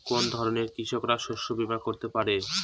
কোন ধরনের কৃষকরা শস্য বীমা করতে পারে?